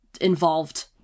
involved